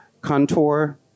contour